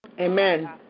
Amen